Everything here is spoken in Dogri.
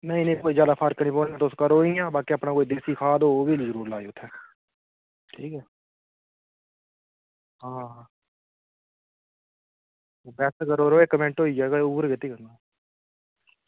नेंई नेंई कोई जादा फर्क नी पौनां ऐ तुस करो इयां पर कोई अपनां खाद होग ओह् बी जरूर लायो उत्थैं ठीक ऐ हां बस करो जरा इक मैंट होईया ओवर कैसी करनां